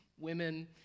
Women